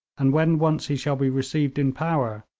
and when once he shall be received in power,